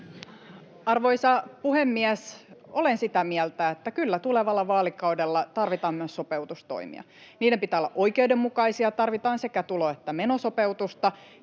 Arvoisa puhemies! Olen sitä mieltä, että kyllä tulevalla vaalikaudella tarvitaan myös sopeutustoimia. Niiden pitää olla oikeudenmukaisia, tarvitaan sekä tulo- että menosopeutusta,